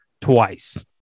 twice